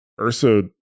Ursa